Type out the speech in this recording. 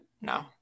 no